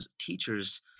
teachers